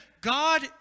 God